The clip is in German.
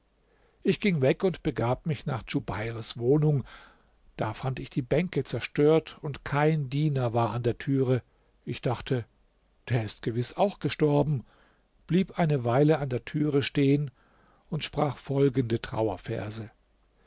ich ging weg und begab mich nach djubeirs wohnung da fand ich die bänke zerstört und kein diener war an der türe ich dachte der ist gewiß auch gestorben blieb eine weile an der türe stehen und sprach folgende